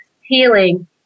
healing